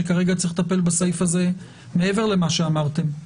שכרגע צריך לטפל בסעיף הזה מעבר למה שאמרתם.